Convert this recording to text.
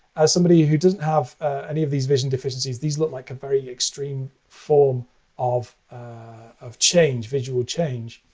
as somebody who doesn't have any of these vision deficiencies, these look like a very extreme form of of change, visual change.